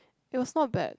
it was not bad